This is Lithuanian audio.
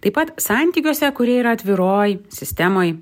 taip pat santykiuose kurie yra atviroj sistemoj